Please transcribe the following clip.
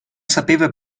sapeva